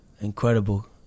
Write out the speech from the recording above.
Incredible